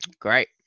Great